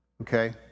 Okay